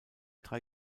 drei